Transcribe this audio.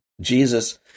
Jesus